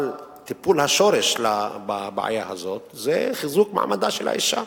אבל טיפול השורש בבעיה הזאת זה חיזוק מעמדה של האשה.